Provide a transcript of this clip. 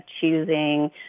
choosing